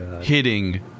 hitting